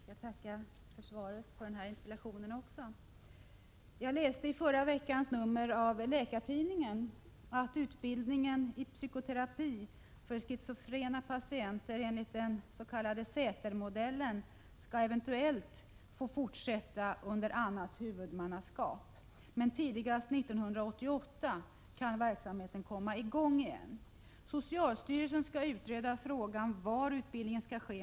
Herr talman! Jag tackar även för det här interpellationssvaret. Jag läste i förra veckans nummer av Läkartidningen att utbildningen i psykoterapi för schizofrena patienter enligt den s.k. Sätermodellen eventuellt skall få fortsätta under annat huvudmannaskap. Men tidigast 1988 kan verksamheten komma i gång igen. Socialstyrelsen skall utreda frågan var 45 utbildningen skall. ske.